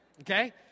Okay